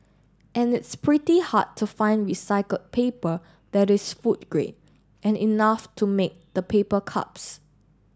and it's pretty hard to find recycled paper that is food grade and enough to make the paper cups